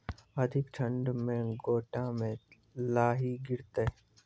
अधिक ठंड मे गोटा मे लाही गिरते?